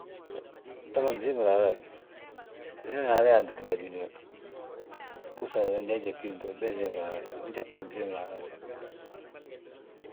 Bta ma msiimi raaraye, winooni Haala yaantiti be adúniyaa we, be nsiim raaraaye.